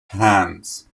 hands